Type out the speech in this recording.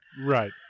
Right